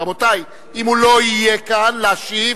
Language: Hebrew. רבותי, אם הוא לא יהיה כאן להשיב,